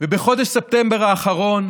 ובחודש ספטמבר האחרון